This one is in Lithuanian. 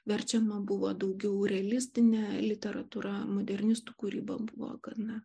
verčiama buvo daugiau realistinė literatūra modernistų kūryba buvo gana